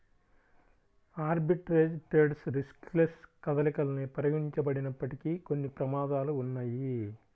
arbitrage trades riskless కదలికలను పరిగణించబడినప్పటికీ, కొన్ని ప్రమాదాలు ఉన్నయ్యి